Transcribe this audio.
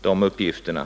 den uppgiften.